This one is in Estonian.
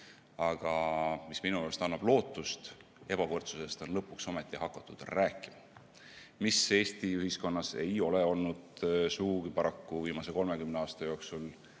aga mis minu arust annab lootust, sest ebavõrdsusest on lõpuks ometi hakatud rääkima, mida Eesti ühiskonnas ei ole paraku viimase 30 aasta jooksul